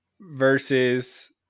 versus